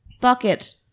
bucket